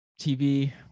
TV